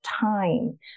time